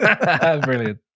brilliant